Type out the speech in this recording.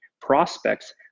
prospects